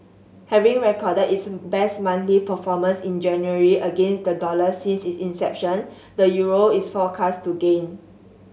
having recorded its best monthly performance in January against the dollar since its inception the euro is forecast to gain